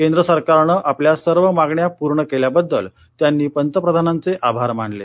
केंद्र सरकारनं आपल्या सर्व मागण्या पूर्ण केल्याबद्दल त्यांनी पंतप्रधानांचे आभार मानले